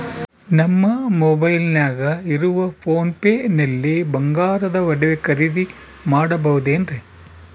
ನಮ್ಮ ಮೊಬೈಲಿನಾಗ ಇರುವ ಪೋನ್ ಪೇ ನಲ್ಲಿ ಬಂಗಾರದ ಒಡವೆ ಖರೇದಿ ಮಾಡಬಹುದೇನ್ರಿ?